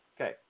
Okay